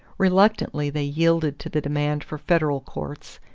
reluctantly they yielded to the demand for federal courts,